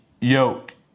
yoke